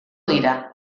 dira